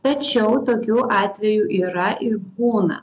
tačiau tokių atvejų yra ir būna